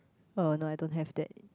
no no I don't have that